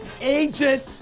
Agent